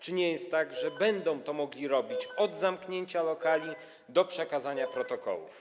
Czy nie jest tak, że będą to mogli robić w czasie od zamknięcia lokali do przekazania protokołów?